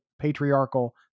patriarchal